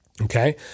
okay